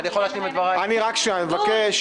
אני מבקש,